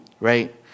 right